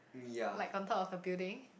like on top of a building